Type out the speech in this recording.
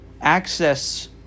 access